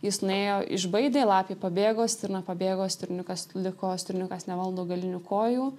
jis nuėjo išbaidė lapė pabėgo stirna pabėgo stirniukas liko stirniukas nevaldo galinių kojų